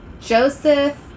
Joseph